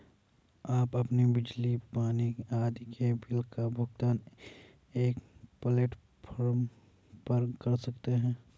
आप अपने बिजली, पानी आदि के बिल का भुगतान एक प्लेटफॉर्म पर कर सकते हैं